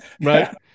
Right